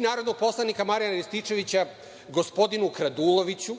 narodnog poslanika Marijana Rističevića – gospodinu Kraduloviću,